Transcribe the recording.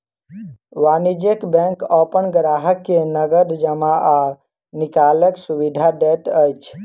वाणिज्य बैंक अपन ग्राहक के नगद जमा आ निकालैक सुविधा दैत अछि